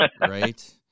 right